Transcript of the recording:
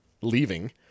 leaving